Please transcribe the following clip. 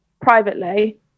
privately